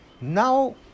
now